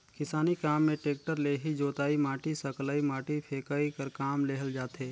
किसानी काम मे टेक्टर ले ही जोतई, माटी सकलई, माटी फेकई कर काम लेहल जाथे